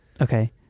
Okay